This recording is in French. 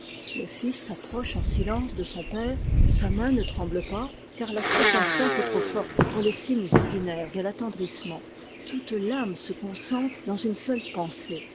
le fils s'approche en silence de son père sa main ne tremble pas car la circonstance est trop forte pour les signes ordinaires de l'attendrissement toute l'âme se concentre dans une seule pensée